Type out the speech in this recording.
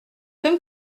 comme